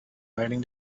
lighting